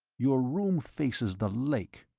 your room faces the lake,